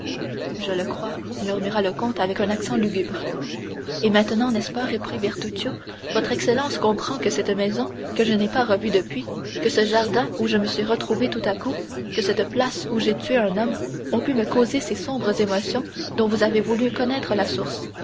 je le crois murmura le comte avec un accent lugubre et maintenant n'est-ce pas reprit bertuccio votre excellence comprend que cette maison que je n'ai pas revue depuis que ce jardin où je me suis retrouvé tout à coup que cette place où j'ai tué un homme ont pu me causer ces sombres émotions dont vous avez voulu connaître la source